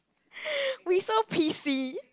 we so p_c